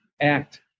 act